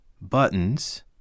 BUTTONS